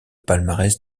palmarès